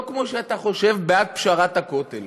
לא כמו שאתה חושב, בעד פשרת הכותל,